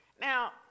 Now